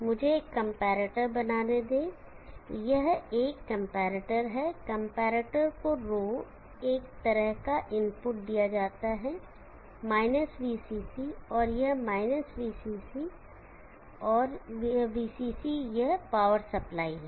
मुझे एक कंपैरेटर बनाने दें यह एक कंपैरेटर है कंपैरेटर को ρ एक तरह का इनपुट दिया जाता है VCC और यह VCC और VCC यह पावर सप्लाई है